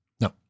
No